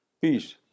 peace